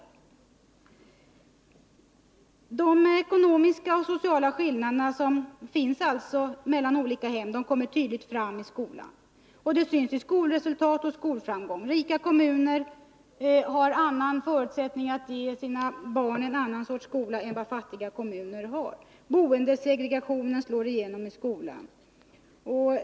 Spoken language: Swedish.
||: r : statsverksamheten, De ekonomiska och sociala skillnader som finns mellan olika hem kommer m.m. alltså tydligt fram i skolan, och det återspeglas i skolresultat och skolframgång. Rika kommuner har andra förutsättningar att ge sina barn goda skolförhållanden än vad fattiga kommuner har. Boendesegregationen slår igenomi skolan.